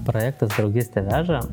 projektas draugystė veža